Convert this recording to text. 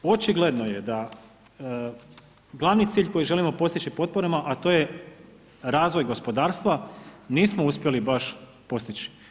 Očigledno je da glavni cilj koji želimo postići potporama a to je razvoj gospodarstva nismo uspjeli baš postići.